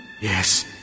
Yes